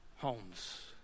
homes